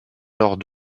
alors